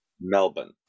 Melbourne